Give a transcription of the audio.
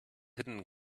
hidden